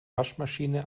waschmaschine